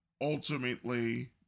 Ultimately